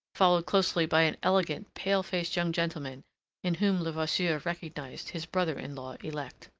followed closely by an elegant, pale-faced young gentleman in whom levasseur recognized his brother-in-law elect.